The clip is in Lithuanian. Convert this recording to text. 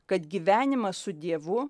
kad gyvenimas su dievu